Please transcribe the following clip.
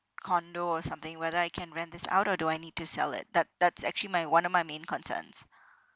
condo or something whether I can rent this out or do I need to sell it that that's actually my one of my main concerns